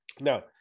Now